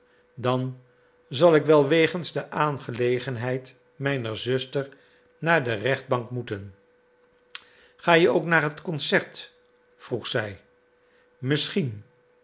dan zal ik wel wegens de aangelegenheid mijner zuster naar de rechtbank moeten ga je ook naar het concert vroeg zij misschien